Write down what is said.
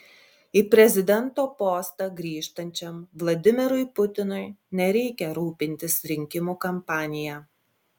į prezidento postą grįžtančiam vladimirui putinui nereikia rūpintis rinkimų kampanija